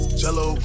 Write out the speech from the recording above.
jello